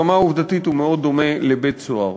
ברמה העובדתית הוא מאוד דומה לבית-סוהר.